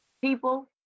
people